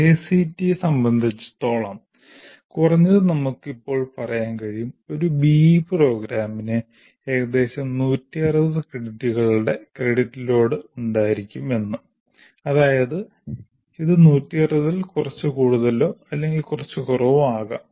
എഐസിടിഇയെ സംബന്ധിച്ചിടത്തോളം കുറഞ്ഞത് നമുക്ക് ഇപ്പോൾ പറയാൻ കഴിയും ഒരു BE പ്രോഗ്രാമിന് ഏകദേശം 160 ക്രെഡിറ്റുകളുടെ ക്രെഡിറ്റ് ലോഡ് ഉണ്ടായിരിക്കും എന്ന് അതായത് ഇത് 160ൽ കുറച്ച് കൂടുതലോ അല്ലെങ്കിൽ കുറച്ച് കുറവോ ആകാം